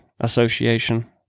Association